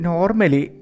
Normally